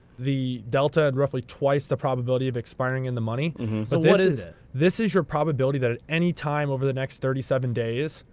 delta and roughly twice the probability of expiring in the money. so what is it? this is your probability that, at any time over the next thirty seven days,